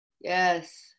Yes